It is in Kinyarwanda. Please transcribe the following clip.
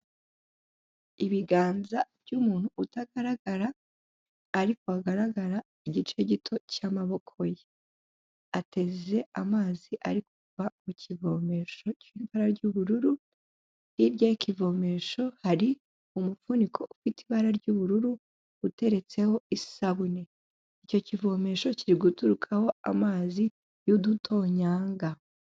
Ibiganza by'umuntu utagaragara ariko hagaragara igice gito cy'amaboko ye. Ateze amazi ari kuva mu kivomesho k'ibara ry'ubururu. Hirya y'ikivomesho hari umufuniko ufite ibara ry'ubururu uteretseho isabune. Icyo kivomesho kiri guturukaho amazi y'udutonyanga.